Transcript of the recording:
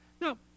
Now